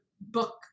book